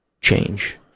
change